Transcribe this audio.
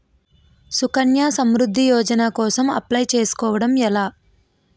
సుకన్య సమృద్ధి యోజన కోసం అప్లయ్ చేసుకోవడం ఎలా?